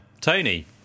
Tony